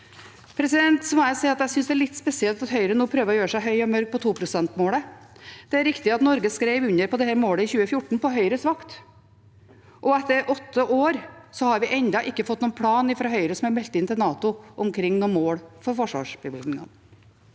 jeg syns det er litt spesielt at Høyre nå prøver å gjøre seg høy og mørk på 2-prosentmålet. Det er riktig at Norge skrev under på dette målet i 2014, på Høyres vakt, og etter åtte år har vi ennå ikke fått noen plan fra Høyre som er meldt inn til NATO omkring noen mål for forsvarsbevilgningen.